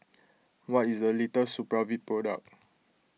what is the latest Supravit product